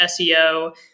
SEO